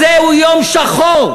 היום הזה הוא יום שחור.